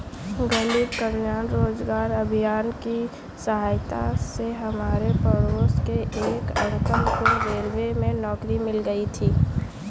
गरीब कल्याण रोजगार अभियान की सहायता से हमारे पड़ोस के एक अंकल को रेलवे में नौकरी मिल गई थी